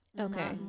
Okay